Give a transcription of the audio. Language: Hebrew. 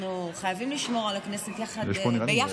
אנחנו חייבים לשמור על הכנסת ביחד.